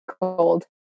cold